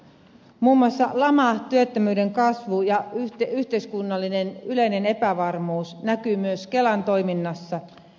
muun muassa lama työttömyyden kasvu ja yleinen yhteiskunnallinen epävarmuus näkyvät myös kelan toiminnassa